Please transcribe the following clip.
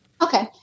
Okay